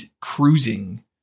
cruising